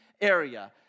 area